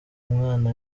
umwana